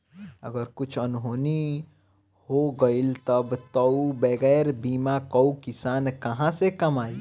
अगर कुछु अनहोनी हो गइल तब तअ बगैर बीमा कअ किसान कहां से कमाई